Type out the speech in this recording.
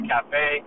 Cafe